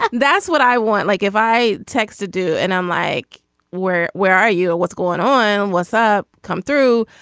but that's what i want. like if i text to do and i'm like where where are you or what's going on what's up. come through.